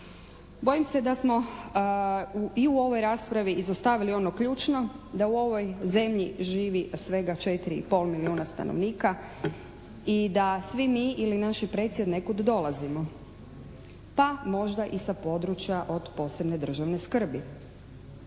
Bojim se da smo i u ovoj raspravi izostavili ono ključno, da u ovoj zemlji živi svega 4 i pol milijuna stanovnika i da svi mi ili naši preci od nekuda dolazimo pa možda i sa područja od posebne državne skrbi.